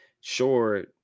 sure